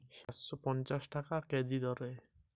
ছাগলের মাংস কী রকম দামে বিক্রি করা ঠিক হবে এখন?